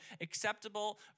acceptable